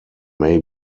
may